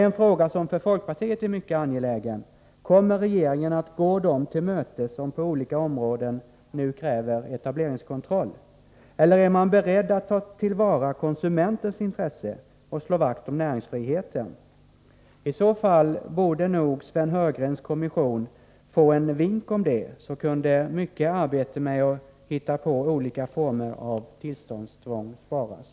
En fråga som för folkpartiet är mycket angelägen är: Kommer regeringen att gå dem till mötes som på olika områden nu kräver etableringskontroll? Eller är man beredd att ta till vara konsumenternas intresse och slå vakt om näringsfriheten? I så fall borde nog Sven Heurgrens kommission få en vink om detta. Då kunde mycket arbete med att hitta på olika former av tillståndstvång sparas.